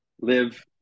live